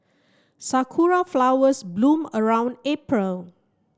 sakura flowers bloom around April